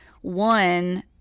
one